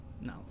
No